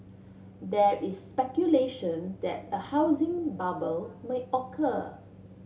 there is speculation that a housing bubble may occur